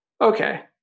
Okay